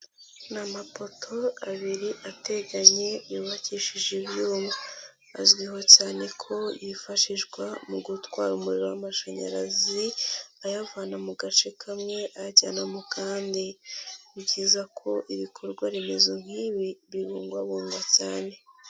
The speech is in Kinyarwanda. Ni amapoto abiri ateganye yubakishije ibyuma. Azwiho cyane ko yifashishwa mu gutwara umuriro w'amashanyarazi, ayavana mu gace kamwe ayajyana mu kandi. Ni byiza ko ibikorwa remezo nk'ibi bibungwabungwa cyane.